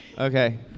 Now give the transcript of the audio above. Okay